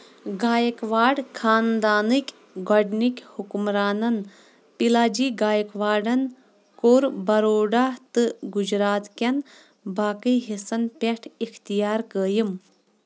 گایکواڈ خانٛدانٕکۍ گۄڈنکہِ حُکُمران پِلاجی گایکواڈن کوٚر بَروڈہ تہٕ گُجرات کیٚن باقی حِصن پیٚٹھ اِختِیار قٲیِم